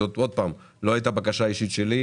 זאת לא הייתה הבקשה לי,